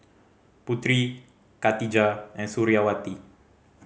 Putri Khatijah and Suriawati